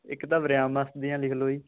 ਇੱਕ ਤਾਂ ਵਰਿਆਮ ਮਸਤ ਦੀਆਂ ਲਿਖ ਲਓ ਜੀ